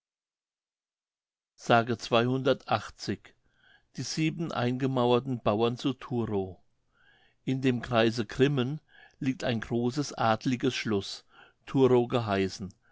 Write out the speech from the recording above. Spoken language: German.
die sieben eingemauerten bauern zu turow in dem kreise grimmen liegt ein großes adliges schloß turow geheißen